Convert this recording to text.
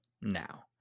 now